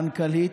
המנכ"לית,